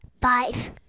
Five